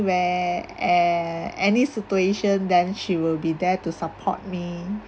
where a any situation then she will be there to support me